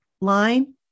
line